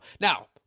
Now